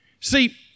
See